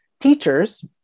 teachers